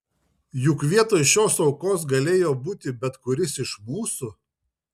juk vietoj šios aukos galėjo būti bet kuris iš mūsų